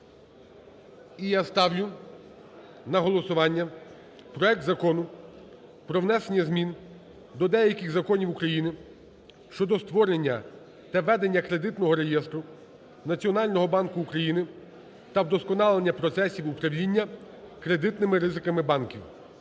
І я ставлю на голосування проект Закону про внесення змін до деяких законів України щодо створення та ведення Кредитного реєстру Національного банку України та вдосконалення процесів управління кредитними ризиками банків